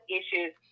issues